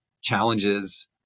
challenges